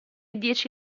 dieci